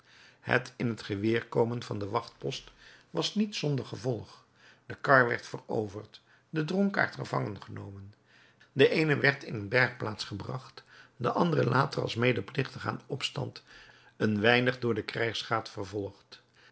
het in t geweer komen van den wachtpost was niet zonder gevolg de kar werd veroverd de dronkaard gevangengenomen de eene werd in een bergplaats gebracht de andere later als medeplichtige aan den opstand een weinig door den krijgsraad vervolgd